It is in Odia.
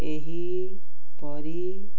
ଏହିପରି